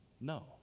no